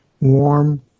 warm